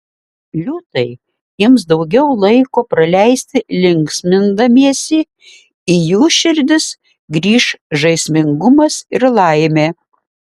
liūtai ims daugiau laiko praleisti linksmindamiesi į jų širdis grįš žaismingumas ir laimė